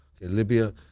Libya